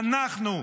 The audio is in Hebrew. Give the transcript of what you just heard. אנחנו,